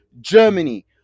Germany